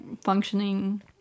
functioning